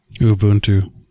Ubuntu